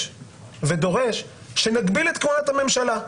מבקש ודורש, להגביל את כהונת הממשלה.